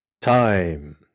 Time